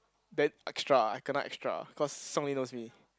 then extra I kinda extra cause Song ling knows me